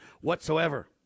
whatsoever